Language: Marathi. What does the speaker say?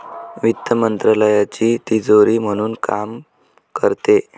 वित्त मंत्रालयाची तिजोरी म्हणून काम करते